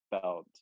felt